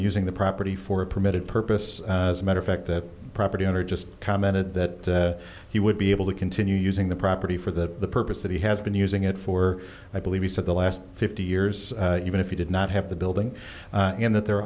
using the property for a permitted purpose as a matter of fact the property owner just commented that he would be able to continue using the property for the purpose that he has been using it for i believe he said the last fifty years even if he did not have the building and that there